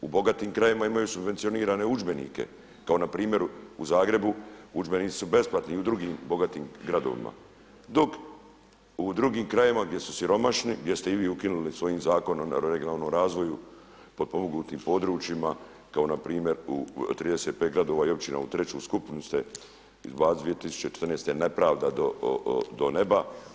U bogatim krajevima imaju subvencionirane udžbenike kao na primjer u Zagrebu udžbenici su besplatni i u drugim bogatim gradovima, dok u drugim krajevima gdje su siromašni, gdje ste i vi ukinuli svojim Zakonom o regionalnom razvoju potpomognutim područjima kao na primjer u 35 gradova i općina u treću skupinu ste 2014. nepravda do neba.